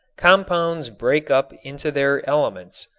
compounds break up into their elements.